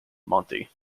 monty